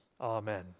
Amen